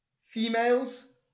females